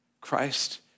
Christ